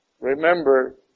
Remember